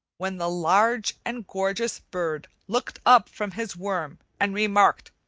when the large and gorgeous bird looked up from his worm and remarked